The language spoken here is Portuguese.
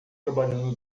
trabalhando